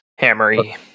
Hammery